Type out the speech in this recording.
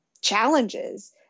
challenges